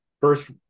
first